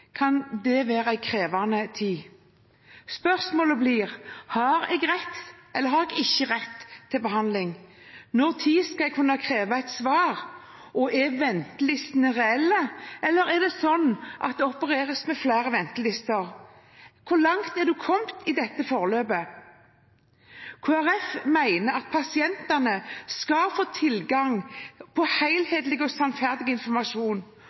kan det være en krevende tid. Spørsmålene blir: Har jeg rett til behandling eller ikke? Når skal jeg kunne kreve et svar? Er ventelistene reelle, eller opereres det med flere ventelister? Hvor langt er man kommet i forløpet? Kristelig Folkeparti mener at pasientene skal få tilgang til helhetlig og sannferdig informasjon, og at dette skal formidles på